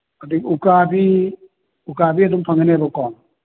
ꯑꯗꯩ ꯎꯀꯥꯕꯤ ꯎꯀꯥꯕꯤ ꯑꯗꯨꯝ ꯐꯪꯒꯅꯦꯕꯀꯣ